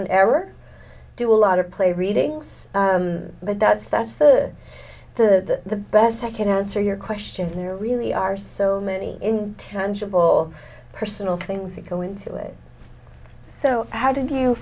and error do a lot of play readings but that's that's the the best i can answer your question here really are so many tangible personal things that go into it so how did you